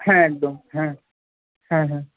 হ্যাঁ একদম হ্যাঁ হ্যাঁ হ্যাঁ